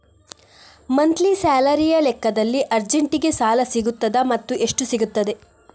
Monthly ಸ್ಯಾಲರಿಯ ಲೆಕ್ಕದಲ್ಲಿ ಅರ್ಜೆಂಟಿಗೆ ಸಾಲ ಸಿಗುತ್ತದಾ ಮತ್ತುಎಷ್ಟು ಸಿಗುತ್ತದೆ?